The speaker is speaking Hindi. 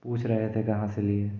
पूछ रहे थे कहाँ से ली है